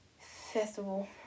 festival